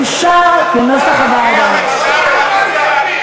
כהצעת הוועדה, נתקבל.